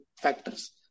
factors